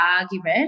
argument